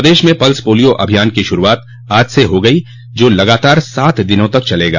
प्रदेश में pulse polio अभियान की शुरूआत आज से हो गई है जो लगातार सात दिनों तक चलेगा